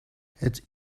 het